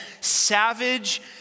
Savage